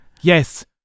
Yes